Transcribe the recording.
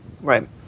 Right